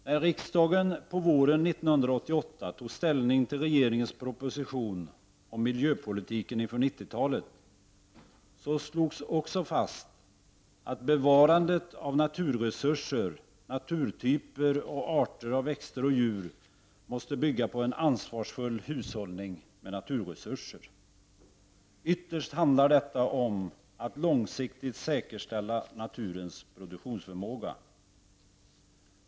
När riksdagen på våren 1988 tog ställning till regeringens proposition om miljöpolitiken inför 90-talet slogs också fast att bevarande av naturresurser, naturtyper och arter av växter och djur måste bygga på en ansvarsfull hushållning med naturresurser. Ytterst handlar detta om att långsiktigt säkerställa naturens produktionsförmåga.